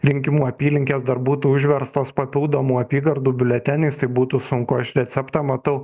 rinkimų apylinkės dar būtų užverstos papildomų apygardų biuleteniais būtų sunku aš receptą matau